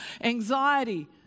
anxiety